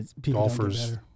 golfers